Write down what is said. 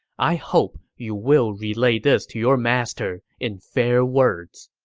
i hope you will relay this to your master in fair words.